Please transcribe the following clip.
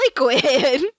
liquid